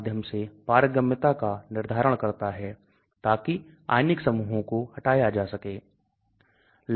आप बहुत सारे हाइड्रोफोबिक समूह को देख सकते हैं